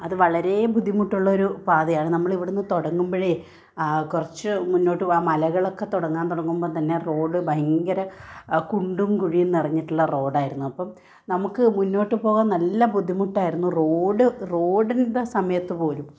അത് വളരെ ബുദ്ധിമുട്ടുള്ള ഒരു പാതയാണ് നമ്മൾ ഇവിടുന്ന് തുടങ്ങുമ്പോഴേ കുറച്ചു മുന്നോട്ട് ആ മലകളൊക്കെ തുടങ്ങാൻ തുടങ്ങുമ്പോൾ തന്നെ റോഡ് ഭയങ്കര കുണ്ടും കുഴിയും നിറഞ്ഞിട്ടുള്ള റോഡായിരുന്നു അപ്പം നമുക്ക് മുന്നോട്ട് പോകാൻ നല്ല ബുദ്ധിമുട്ടായിരുന്നു റോഡ് റോഡിൻ്റെ സമയത്ത് പോലും